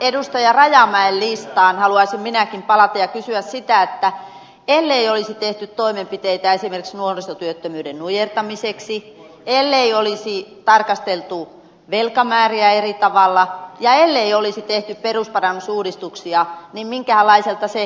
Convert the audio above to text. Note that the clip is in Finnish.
rajamäen listaan haluaisin minäkin palata ja kysyä sitä ellei olisi tehty toimenpiteitä esimerkiksi nuorisotyöttömyyden nujertamiseksi ellei olisi tarkasteltu velkamääriä eri tavalla ja ellei olisi tehty perusparannusuudistuksia minkähänlaiselta se ed